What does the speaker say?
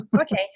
Okay